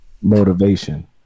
Motivation